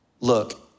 Look